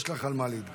יש לך על מה להתגאות.